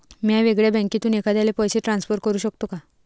म्या वेगळ्या बँकेतून एखाद्याला पैसे ट्रान्सफर करू शकतो का?